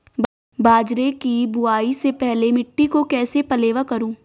बाजरे की बुआई से पहले मिट्टी को कैसे पलेवा करूं?